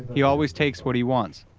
he always takes what he wants.